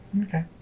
Okay